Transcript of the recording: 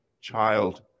child